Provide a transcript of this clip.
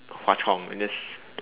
Hwa-Chong and that's